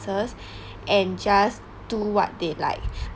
and just do what they like